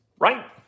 Right